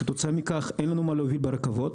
כתוצאה מכך אין לנו מה להוביל ברכבות,